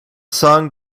song